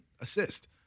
assist